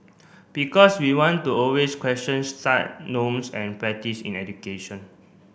because we want to always question set norms and practice in education